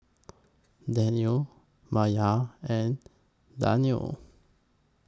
Daniel Maya and Danial